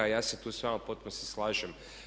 Ja se tu s vama u potpunosti slažem.